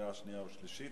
בקריאה שנייה ושלישית.